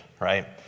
right